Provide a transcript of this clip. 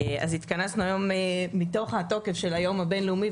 התכנסנו היום מתוך התוקף של היום הבין-לאומי,